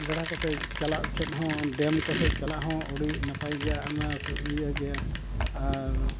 ᱜᱟᱰᱟ ᱠᱚᱛᱮ ᱪᱟᱞᱟᱜ ᱥᱮᱫ ᱦᱚᱸ ᱰᱮᱢ ᱠᱚ ᱥᱮᱫ ᱪᱟᱞᱟᱜ ᱦᱚᱸ ᱟᱹᱰᱤ ᱱᱟᱯᱟᱭ ᱜᱮᱭᱟ ᱚᱱᱟ ᱤᱭᱟᱹ ᱜᱮᱭᱟ ᱟᱨ